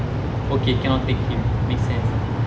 okay cannot take him makes sense